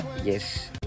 yes